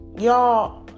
y'all